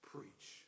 Preach